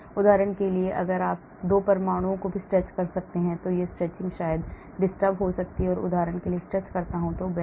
उदाहरण के लिए आप 2 परमाणुओं को भी stretch सकते हैं यह stretching शायद disturb हो सकता है उदाहरण के लिए अगर मैं stretch करता हूं तो यह bend disturb हो जाएगा